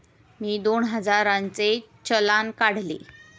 मी दोन हजारांचे चलान काढले